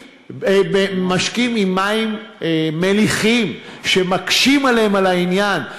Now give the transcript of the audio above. משקים במים מליחים, שמקשים עליהם את העניין.